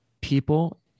people